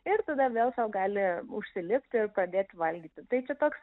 ir tada vėl gali užsilipti ir pradėti valgyti tai čia toks